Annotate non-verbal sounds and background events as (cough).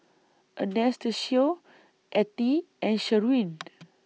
Anastacio Ettie and Sherwin (noise)